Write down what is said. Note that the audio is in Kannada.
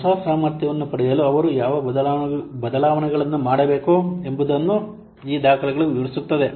ಹೊಸ ಸಾಮರ್ಥ್ಯವನ್ನು ಪಡೆಯಲು ಅವರು ಯಾವ ಬದಲಾವಣೆಗಳನ್ನು ಮಾಡಬೇಕು ಎಂಬುದನ್ನು ಈ ದಾಖಲೆಗಳು ವಿವರಿಸುತ್ತದೆ